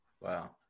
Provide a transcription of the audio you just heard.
wow